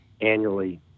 annually